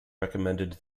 recommended